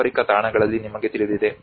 ಪಾರಂಪರಿಕ ತಾಣಗಳಲ್ಲಿ ನಿಮಗೆ ತಿಳಿದಿದೆ